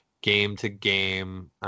game-to-game